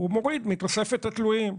הוא מוריד מתוספת התלויים,